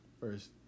first